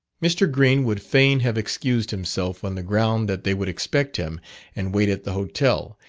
mr. green would fain have excused himself, on the ground that they would expect him and wait at the hotel,